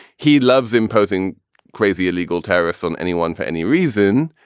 he loves imposing crazy illegal tariffs on anyone for any reason.